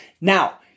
now